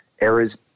errors